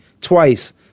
twice